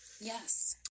Yes